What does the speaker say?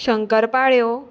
Shankar पाळ्यो